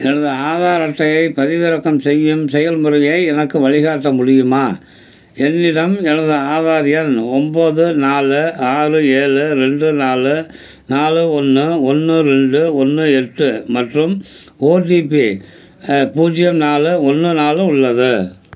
எனது ஆதார் அட்டையைப் பதிவிறக்கம் செய்யும் செயல்முறையை எனக்கு வழிகாட்ட முடியுமா என்னிடம் எனது ஆதார் எண் ஒன்போது நாலு ஆறு ஏழு ரெண்டு நாலு நாலு ஒன்று ஒன்று ரெண்டு ஒன்று எட்டு மற்றும் ஓடிபி பூஜ்ஜியம் நாலு ஒன்று நாலு உள்ளது